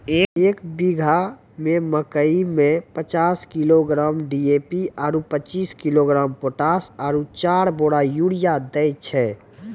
एक बीघा मे मकई मे पचास किलोग्राम डी.ए.पी आरु पचीस किलोग्राम पोटास आरु चार बोरा यूरिया दैय छैय?